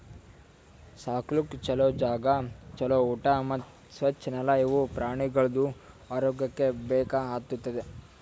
ಸಾಕ್ಲುಕ್ ಛಲೋ ಜಾಗ, ಛಲೋ ಊಟಾ ಮತ್ತ್ ಸ್ವಚ್ ನೆಲ ಇವು ಪ್ರಾಣಿಗೊಳ್ದು ಆರೋಗ್ಯಕ್ಕ ಬೇಕ್ ಆತುದ್